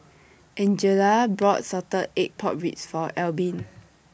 Angela bought Salted Egg Pork Ribs For Albin